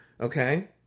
Okay